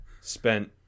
Spent